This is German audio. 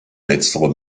letztere